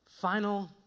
final